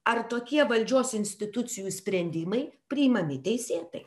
ar tokie valdžios institucijų sprendimai priimami teisėtai